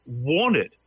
wanted